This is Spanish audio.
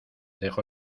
dejo